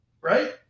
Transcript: right